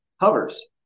hovers